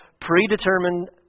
predetermined